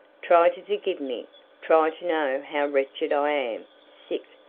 try to forgive me try to know how wretched i am sick,